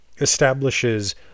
establishes